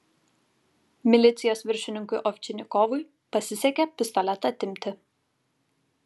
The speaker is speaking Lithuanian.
milicijos viršininkui ovčinikovui pasisekė pistoletą atimti